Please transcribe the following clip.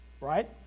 Right